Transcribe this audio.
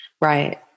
Right